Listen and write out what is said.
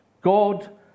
God